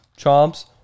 Chomps